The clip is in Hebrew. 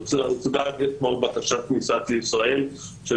הוצגה אתמול בקשת כניסה לישראל של